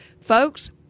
Folks